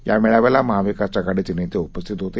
यामेळाव्यालामहाविकासआघाडीचेनेतेउपस्थितहोते